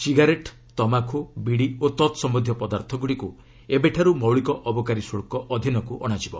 cigarette ତମାଖୁ ବିଡ଼ି ଓ ତତ୍ସମ୍ୟନ୍ଧୀୟ ପଦାର୍ଥଗୁଡ଼ିକୁ ଏବେଠାରୁ ମୌଳିକ ଅବକାରୀ ଶୁଳ୍କ ଅଧୀନକୁ ଅଣାଯିବ